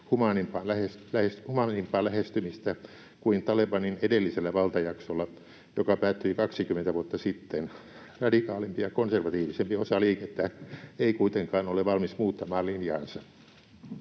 humaanimpaa lähestymistä kuin Talebanin edellisellä valtajaksolla, joka päättyi 20 vuotta sitten. Radikaalimpi ja konservatiivisempi osa liikettä ei kuitenkaan ole valmis muuttamaan linjaansa.